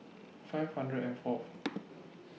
five hundred and Fourth